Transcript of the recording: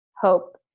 hope